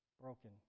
broken